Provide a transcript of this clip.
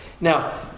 Now